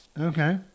Okay